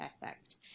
perfect